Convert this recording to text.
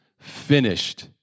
finished